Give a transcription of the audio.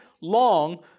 long